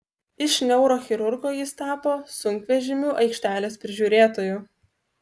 iš neurochirurgo jis tapo sunkvežimių aikštelės prižiūrėtoju